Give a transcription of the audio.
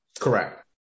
Correct